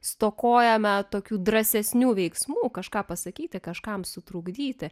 stokojame tokių drąsesnių veiksmų kažką pasakyti kažkam sutrukdyti